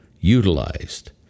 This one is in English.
utilized